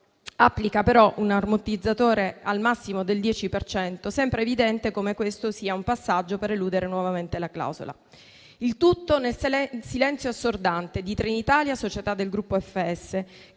applica un ammortizzatore al massimo del 10 per cento, sembra evidente come questo sia un passaggio per eludere nuovamente la clausola, il tutto nel silenzio assordante di Trenitalia, società del gruppo FS,